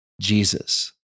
Jesus